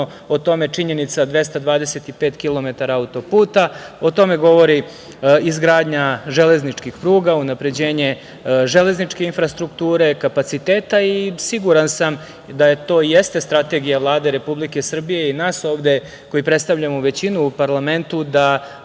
dovoljno činjenica 225 kilometara auto-puta, o tome govori izgradnja železničkih pruga, unapređenje železničke infrastrukture, kapaciteta. Siguran sam da to jeste strategija Vlade Republike Srbije i nas ovde koji predstavljamo većinu u parlamentu, da